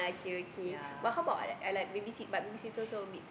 okay okay but how about like babysit but babysitter also a bit